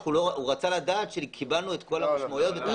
הוא רצה לדעת שקיבלנו את כל המשמעויות.